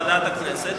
בוועדת הכנסת.